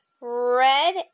red